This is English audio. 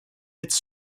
its